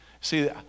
See